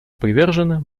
привержена